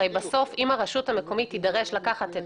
הרשות המקומית תידרש לקחת את